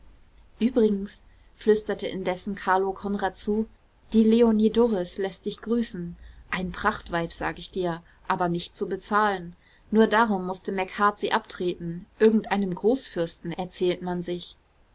übrigens flüsterte indessen carlo konrad zu die leonie doris läßt dich grüßen ein prachtweib sag ich dir aber nicht zu bezahlen nur darum mußte macheart sie abtreten irgendeinem großfürsten erzählt man sich